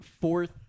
fourth